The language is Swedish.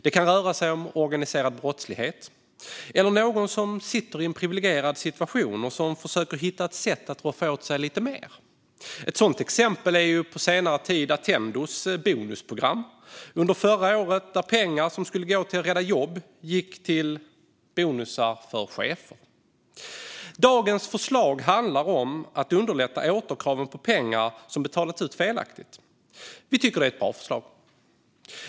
Det kan röra sig om organiserad brottslighet eller någon som sitter i en priviligierad situation och som försöker hitta ett sätt att roffa åt sig lite mer. Ett sådant exempel på senare tid är Attendos bonusprogram under förra året där pengar som skulle gå till att rädda jobb gick till bonusar för chefer. Dagens förslag handlar om att underlätta återkraven på pengar som betalats ut felaktigt. Vi tycker det är ett bra förslag.